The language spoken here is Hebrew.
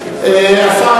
הממשלה,